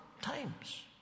times